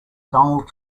donald